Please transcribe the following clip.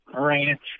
Ranch